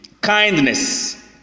kindness